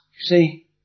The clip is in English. see